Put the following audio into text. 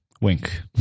Wink